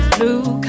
Blue